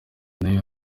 nayo